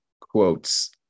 quotes